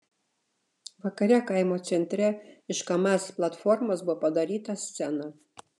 vakare kaimo centre iš kamaz platformos buvo padaryta scena